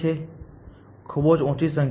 ખૂબ જ ઓછી સંખ્યા